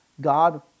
God